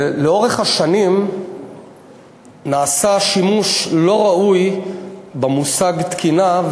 לאורך השנים נעשה שימוש לא ראוי במושג "תקינה",